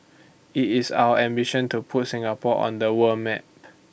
IT is our ambition to put Singapore on the world map